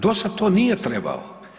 Do sada to nije trebao.